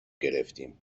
گرفتیم